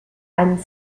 einen